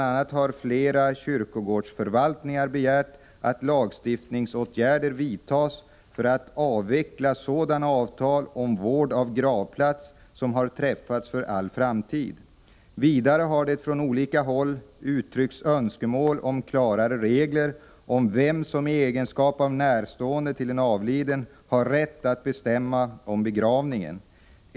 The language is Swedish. a. har flera kyrkogårdsförvaltningar begärt att lagstiftningsåtgärder vidtas för att avveckla sådana avtal om vård av gravplats som har träffats för all framtid. Vidare har det från olika håll uttryckts önskemål om klarare regler om vem som i egenskap av närstående till en avliden har rätt att bestämma om begravningen.